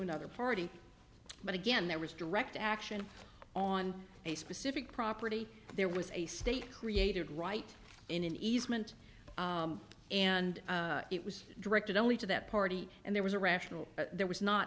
another party but again there was direct action on a specific property there was a state created right in an easement and it was directed only to that party and there was a rational there was not